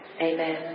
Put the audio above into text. Amen